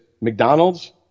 McDonald's